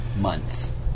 Months